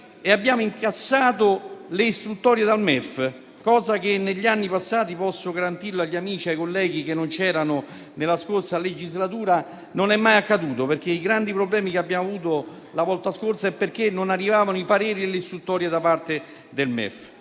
abbiamo incassato le istruttorie dal MEF, cosa che negli anni passati - posso garantirlo agli amici e ai colleghi che non c'erano nella scorsa legislatura - non è mai accaduta. I grandi problemi che abbiamo avuto, in passato, derivavano dal fatto che non arrivavano i pareri e le istruttorie da parte del MEF.